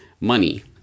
money